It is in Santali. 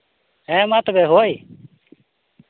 ᱦᱮᱸ ᱢᱟ ᱛᱚᱵᱮ ᱦᱳᱭ